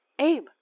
Abe